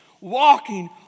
walking